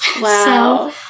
Wow